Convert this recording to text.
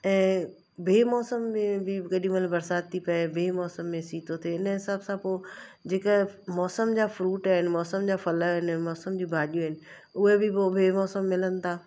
ऐं बेमौसम में बि केॾी महिल बरसाति थी पिए बेमौसम में सीउ थो थिए हिन हिसाब सां पोइ जे के मौसम जा फ्रूट आहिनि मौसम जा फ़ल आहिनि मौसम जूं भाॼियूं आहिनि उहे बि पोइ बेमौसम मिलनि था